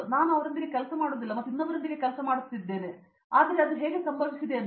ಆದರೆ ನಾನು ಅವರೊಂದಿಗೆ ಕೆಲಸ ಮಾಡುವುದಿಲ್ಲ ಮತ್ತು ನಾನು ಇನ್ನೊಬ್ಬರೊಂದಿಗೆ ಕೆಲಸ ಮಾಡುತ್ತಿದ್ದೇನೆ ಆದರೆ ಅದು ಹೇಗೆ ಸಂಭವಿಸಿದೆ ಎಂದು